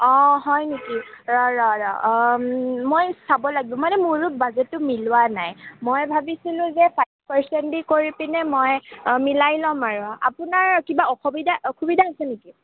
অঁ হয় নিকি ৰ ৰ ৰ মই চাব লাগিব মানে মোৰো বাজেটটো মিলোৱা নাই মই ভাবিছিলোঁ যে ফাইভ পাৰ্চেণ্ট দি কৰি পেনে মই মিলাই ল'ম আৰু আপোনাৰ কিবা অসুবিধা অসুবিধা হৈছে নেকি